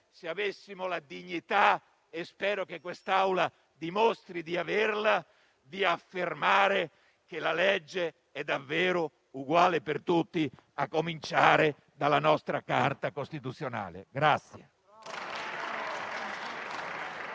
se avessimo la dignità - e spero che quest'Assemblea dimostri di averla - di affermare che la legge è davvero uguale per tutti, a cominciare dalla nostra Carta costituzionale?